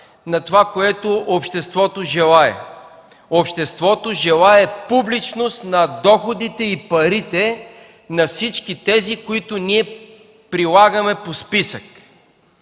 на това, което обществото желае. Обществото желае публичност на доходите и парите на всички тези, които ние прилагаме по списък.